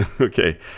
okay